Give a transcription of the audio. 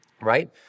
right